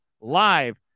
live